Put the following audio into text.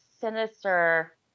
sinister